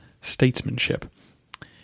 statesmanship